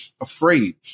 Afraid